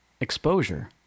exposure